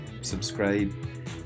subscribe